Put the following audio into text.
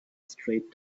straight